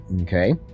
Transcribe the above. okay